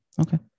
okay